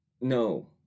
no